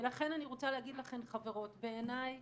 ולכן אני רוצה להגיד לכן חברות, בעיניי